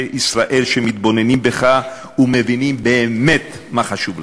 ישראל שמתבוננים בך ומבינים באמת מה חשוב לך.